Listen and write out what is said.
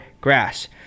grass